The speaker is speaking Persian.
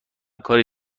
کاری